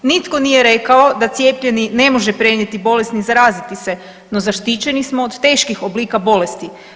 Nitko nije rekao da cijepljeni ne može prenijeti bolest ni zaraziti se, no zaštićeni smo od teških oblika bolesti.